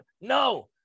No